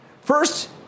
First